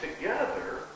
together